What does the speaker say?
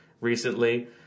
recently